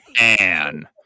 Anne